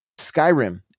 Skyrim